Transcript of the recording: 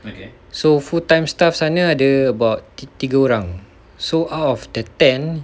so full time staff sana ada about tiga orang so out of the ten